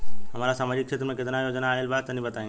हमरा समाजिक क्षेत्र में केतना योजना आइल बा तनि बताईं?